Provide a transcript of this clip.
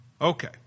Okay